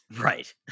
Right